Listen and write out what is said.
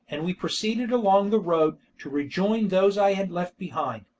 and we proceeded along the road, to rejoin those i had left behind.